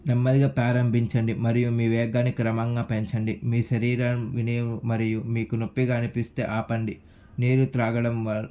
నెమ్మదిగా ప్రారంభించండి మరియు మీ వేగాన్ని క్రమంగా పెంచండి మీ శరీరం వినయం మరియు మీకు నొప్పిగా అనిపిస్తే ఆపండి నీరు త్రాగడం